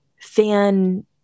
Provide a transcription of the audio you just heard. fan